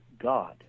God